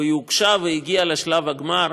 והיא הוגשה והגיעה לשלב הגמר